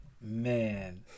Man